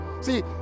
see